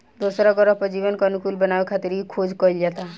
दोसरा ग्रह पर जीवन के अनुकूल बनावे खातिर इ खोज कईल जाता